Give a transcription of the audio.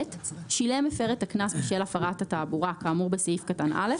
שילם מפר את הקנס בשל הפרת התעבורה כאמור בסעיף קטן (א),